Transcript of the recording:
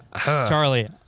Charlie